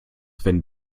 wenn